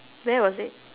where was it